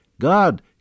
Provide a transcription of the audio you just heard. God